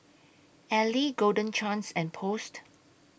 Elle Golden Chance and Post